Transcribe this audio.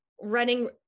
running